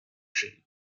tree